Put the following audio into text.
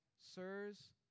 sirs